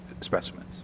specimens